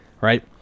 right